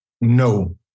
No